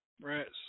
rats